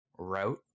route